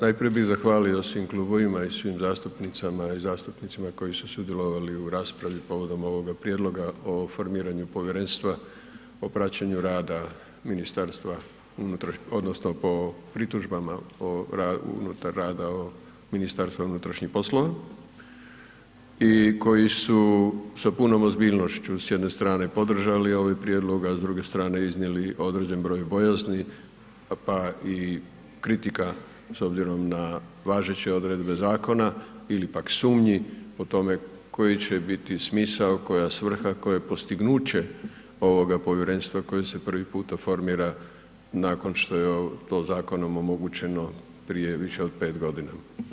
Najprije bih zahvalio svim klubovima i svim zastupnicama i zastupnicima koji su sudjelovali u raspravi povodom ovoga prijedloga o formiranju Povjerenstva o praćenju rada ministarstva odnosno po pritužbama unutar rada o MUP-a i koji su sa punom ozbiljnošću, s jedne strane podržali ovaj prijedlog, a s druge strane iznijeli određen broj bojazni pa i kritika s obzirom na važeće odredbe zakona ili pak sumnji po tome koji će biti smisao, koja svrha, koja postignuće ovoga povjerenstva koje se prvi puta formira nakon što je to zakonom omogućeno prije više od 5 godina.